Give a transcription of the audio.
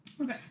Okay